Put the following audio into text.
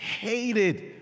hated